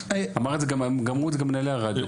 אמרו את זה גם מנהלי הרדיו.